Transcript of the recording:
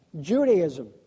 Judaism